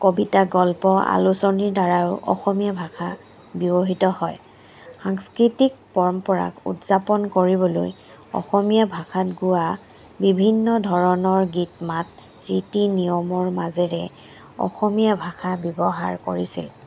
কবিতা গল্প আলোচনীৰ দ্বাৰাও অসমীয়া ভাষা ব্যৱহৃত হয় সাংস্কৃতিক পৰম্পৰাক উদযাপন কৰিবলৈ অসমীয়া ভাষাত গোৱা বিভিন্ন ধৰণৰ গীত মাত নীতি নিয়মৰ মাজেৰে অসমীয়া ভাষা ব্যৱহাৰ কৰিছে